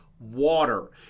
Water